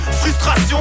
Frustration